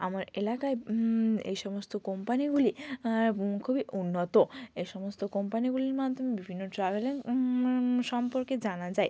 আমার এলাকায় এই সমস্ত কোম্পানিগুলি খুবই উন্নত এ সমস্ত কোম্পানিগুলির মাধ্যমে বিভিন্ন ট্রাভেলের সম্পর্কে জানা যায়